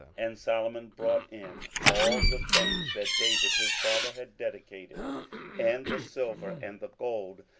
and solomon brought in all the things that david his father had dedicated and the silver, and the gold,